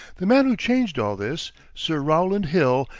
the man who changed all this, sir rowland hill,